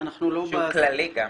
שהוא כללי גם.